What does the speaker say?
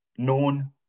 Known